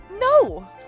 No